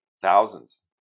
thousands